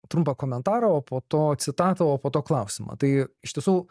trumpą komentarą o po to citatą o po to klausimą tai iš tiesų